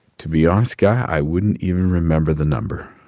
to be honest, guy, i wouldn't even remember the number